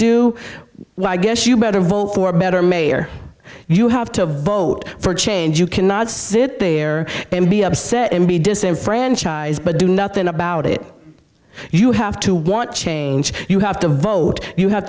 do i guess you better vote for a better mayor you have to vote for change you cannot sit there and be upset and be disenfranchised but do nothing about it you have to want change you have to vote you have